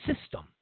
system